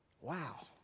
Wow